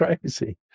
crazy